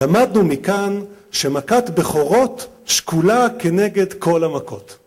למדנו מכאן שמכת בכורות שקולה כנגד כל המכות.